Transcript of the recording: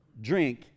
drink